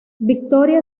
victoria